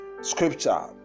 Scripture